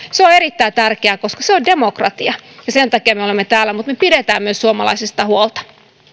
se on erittäin tärkeää koska se on demokratiaa sen takia me olemme täällä mutta pidämme myös suomalaisesta huolta